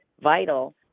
vital